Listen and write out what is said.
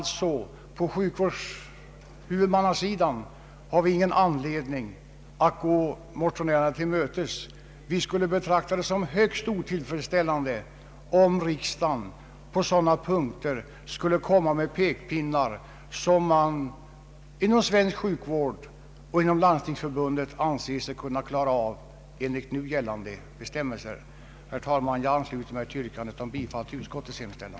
På sjukvårdshuvudmannasidan har vi alltså ingen anledning att gå motionärerna till mötes. Vi skulle betrakta det som högst otillfredsställande om riksdagen började använda pekpinnar när det gäller sådant som man inom svensk sjukvård och inom Landstingsförbundet anser sig kunna klara av med nu gällande bestämmelser. Herr talman! Jag ansluter mig till yrkandet om bifall till utskottets hemställan.